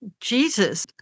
Jesus